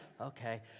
okay